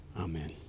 Amen